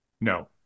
no